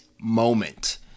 moment